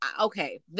okay